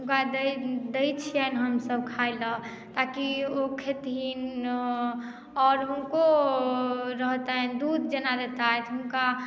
हुनका दै छियनि हमसब खाय लेल ताकि ओ खेथिन आओर हुनको रहतनि दूध जेना देताह हुनका